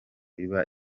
iba